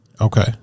Okay